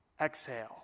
Exhale